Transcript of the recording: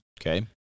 Okay